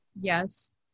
Yes